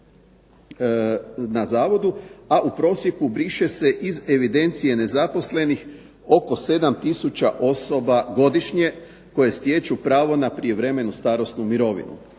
na Zavodu, a u prosjeku briše se iz evidencije nezaposlenih oko 7000 osoba godišnje koje stječu pravo na prijevremenu starosnu mirovinu,